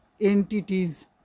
entities